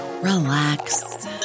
relax